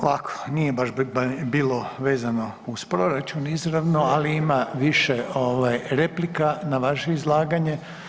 Ovako, nije baš bilo vezano uz proračun izravno, ali ima više replika na vaše izlaganje.